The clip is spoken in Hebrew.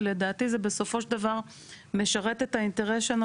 ולדעתי זה בסופו של דבר משרת את האינטרס שלנו